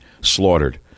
slaughtered